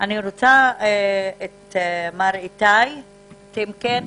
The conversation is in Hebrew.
רוצה את מר איתי טמקין.